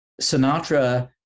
Sinatra